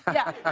yeah, ah